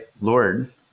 Lord